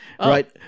right